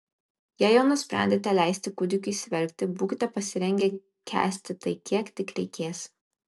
jei jau nusprendėte leisti kūdikiui išsiverkti būkite pasirengę kęsti tai kiek tik reikės